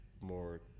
more